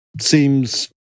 seems